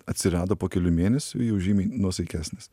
atsirado po kelių mėnesių jau žymiai nuosaikesnis